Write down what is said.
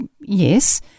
yes